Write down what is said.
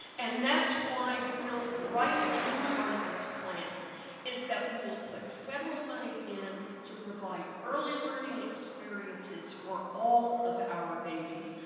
and that's why built right into the heart of this plan is that we will put federal money in to provide early learning experiences for all of our babies,